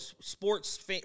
sports